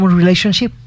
relationship